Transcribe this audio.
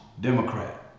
Democrat